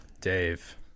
Dave